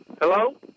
Hello